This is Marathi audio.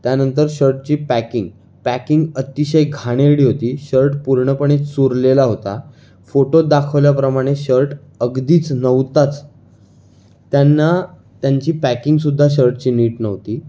त्यांनतर शर्टची पॅकिंग पॅकिंग अतिशय घाणेरडी होती शर्ट पूर्णपणे चुरलेला होता फोटोत दाखवल्याप्रमाणे शर्ट अगदीच नव्हताच त्यांना त्यांची पॅकिंगसुद्धा शर्टची नीट नव्हती